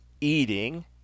eating